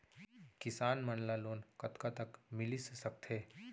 किसान मन ला लोन कतका तक मिलिस सकथे?